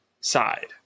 side